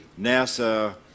NASA